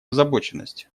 озабоченность